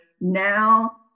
now